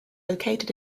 located